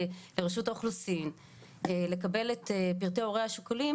לרשות האוכלוסין על מנת לקבל את פרטי ההורים השכולים